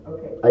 Okay